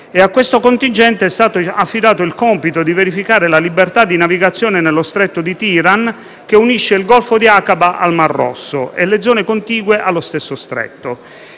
e a questo contingente è stato affidato il compito di verificare la libertà di navigazione nello Stretto di Tiran, che unisce il Golfo di Aqaba al Mar Rosso e le zone contigue allo stesso Stretto.